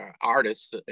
artists